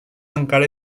encara